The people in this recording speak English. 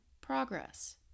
progress